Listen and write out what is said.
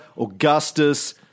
Augustus